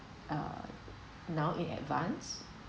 uh now in advance